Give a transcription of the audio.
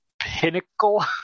pinnacle